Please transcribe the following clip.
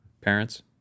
parents